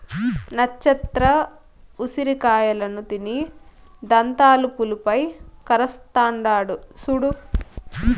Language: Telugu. నచ్చత్ర ఉసిరి కాయలను తిని దంతాలు పులుపై కరస్తాండాడు సూడు